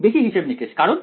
বেশি হিসেব নিকেশ কারণ